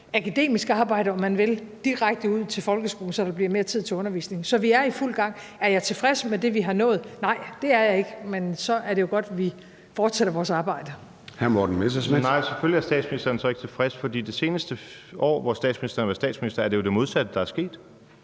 akademisk arbejde, om man vil, direkte ud til folkeskolen, så der bliver mere tid til undervisningen. Så vi er i fuld gang. Er jeg tilfreds med det, vi har nået? Nej, det er jeg ikke, men så er det jo godt, at vi fortsætter vores arbejde. Kl. 14:02 Formanden (Søren Gade): Hr. Morten Messerschmidt. Kl. 14:02 Morten Messerschmidt (DF): Nej, selvfølgelig er statsministeren ikke tilfreds, for det seneste år, hvor statsministeren har været statsminister, er det jo det modsatte, der er sket.